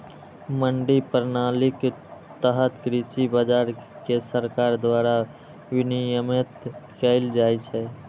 मंडी प्रणालीक तहत कृषि बाजार कें सरकार द्वारा विनियमित कैल जाइ छै